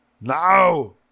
Now